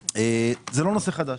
זה לא נושא חדש.